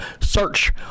search